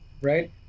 right